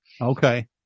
Okay